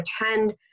attend